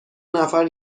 نفر